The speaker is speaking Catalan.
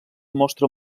mostra